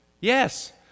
Yes